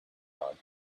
thought